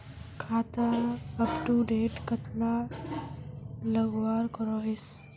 खाता अपटूडेट कतला लगवार करोहीस?